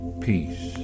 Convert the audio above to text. peace